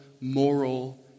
moral